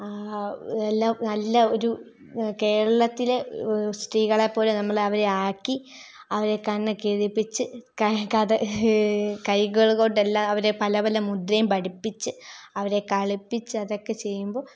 എല്ലാം നല്ല ഒരു കേരളത്തിലെ സ്ത്രീകളെപ്പോലെ നമ്മൾ അവരെ ആക്കി അവരെ കണ്ണൊക്കെ എഴുതിപ്പിച്ച് കഥ കൈകൾ കൊണ്ടെല്ലാം അവരെ പല പല മുദ്രയും പഠിപ്പിച്ച് അവരെ കളിപ്പിച്ച് അതൊക്കെ ചെയ്യുമ്പോൾ